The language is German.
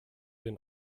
den